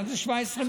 היום זה 17 מיליארד.